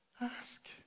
Ask